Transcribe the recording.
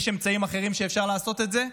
יש אמצעים אחרים שאיתם אפשר לעשות את זה,